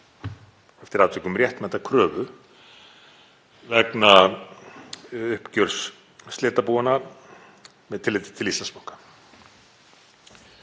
eftir atvikum réttmæta kröfu vegna uppgjörs slitabúanna með tilliti til Íslandsbanka.